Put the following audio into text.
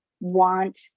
want